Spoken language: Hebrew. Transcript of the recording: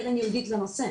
קרן ייעודית לנושא?